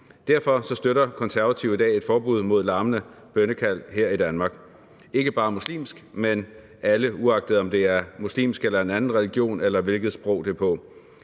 Derfor støtter Konservative i dag et forbud mod larmende bønnekald her i Danmark – ikke bare muslimske, men alle bønnekald, uagtet om der er tale om islam eller en anden religion, eller uagtet hvilket sprog det er på.